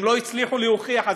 אם לא הצליחו להוכיח,